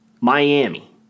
Miami